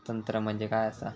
तंत्र म्हणजे काय असा?